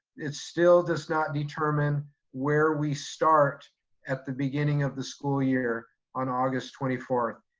it still does not determine where we start at the beginning of the school year on august twenty fourth.